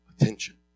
attention